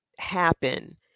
happen